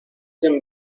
them